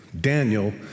Daniel